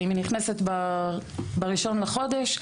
היא נכנסת ב-1 בחודש.